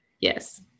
Yes